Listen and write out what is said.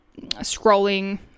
scrolling